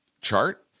chart